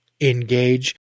engage